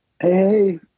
Hey